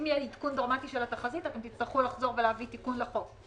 עדכון דרמטי של התחזית אתם תצטרכו לחזור ולהביא תיקון לחוק.